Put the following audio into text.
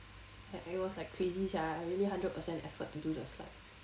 and it was like crazy sia I really hundred percent effort to do the slides